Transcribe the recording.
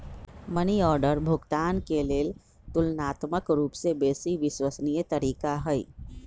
money order भुगतान के लेल ततुलनात्मक रूपसे बेशी विश्वसनीय तरीका हइ